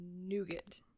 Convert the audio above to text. nougat